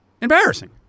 Embarrassing